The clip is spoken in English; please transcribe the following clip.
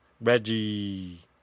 Reggie